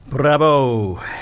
Bravo